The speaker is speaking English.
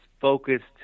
focused